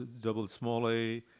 double-small-a